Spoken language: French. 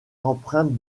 empreinte